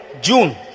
June